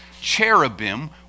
cherubim